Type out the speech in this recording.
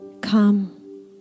Come